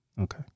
Okay